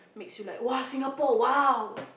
makes you like !wah! Singapore !wow!